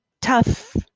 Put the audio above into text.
tough